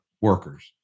workers